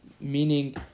Meaning